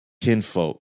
Kinfolk